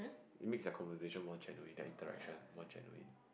it makes their conversation more genuine their interaction more genuine